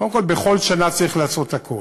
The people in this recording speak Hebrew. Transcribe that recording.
קודם כול, בכל שנה צריך לעשות הכול,